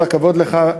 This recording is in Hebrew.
כל הכבוד לך.